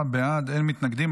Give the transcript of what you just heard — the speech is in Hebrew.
עשרה בעד, אין מתנגדים.